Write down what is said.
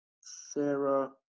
Sarah